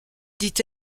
dit